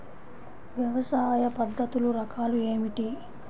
వ్యవసాయ పద్ధతులు రకాలు ఏమిటి?